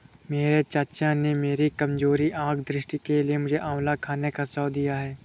मेरे चाचा ने मेरी कमजोर आंख दृष्टि के लिए मुझे आंवला खाने का सुझाव दिया है